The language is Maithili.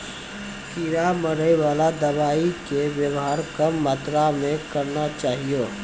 कीड़ा मारैवाला दवाइ के वेवहार कम मात्रा मे करना चाहियो